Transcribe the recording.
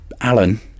Alan